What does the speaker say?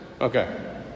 Okay